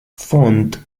font